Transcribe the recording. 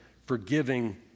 Forgiving